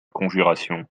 conjuration